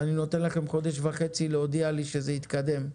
ואני נותן לכם חודש וחצי להודיע לי שזה התקדם.